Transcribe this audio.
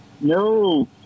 No